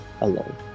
alone